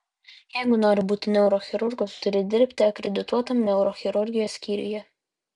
jeigu nori būti neurochirurgu turi dirbti akredituotam neurochirurgijos skyriuje